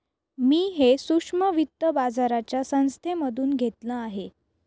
मी हे सूक्ष्म वित्त बाजाराच्या संस्थेमधून घेतलं आहे